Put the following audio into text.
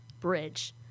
bridge